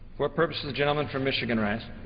what purpose does the gentleman from michigan rise?